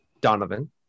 Donovan